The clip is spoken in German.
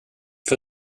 für